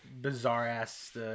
bizarre-ass